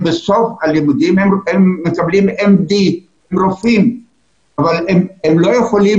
סוף הלימודים הם מקבלים תואר MD כרופאים אבל הם לא יכולים